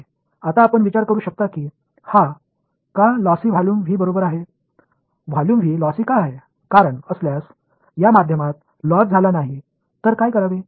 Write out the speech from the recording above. आता आपण विचारू शकता की हा का लॉसि व्हॉल्यूम व्ही बरोबर आहे व्हॉल्यूम व्ही लॉसि का आहे काय असल्यास या माध्यमात लॉस झाला नाही तर काय करावे